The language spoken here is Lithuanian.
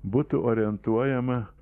būtų orientuojama